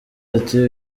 ati